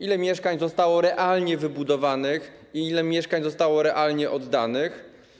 Ile mieszkań zostało realnie wybudowanych i ile mieszkań zostało realnie oddanych?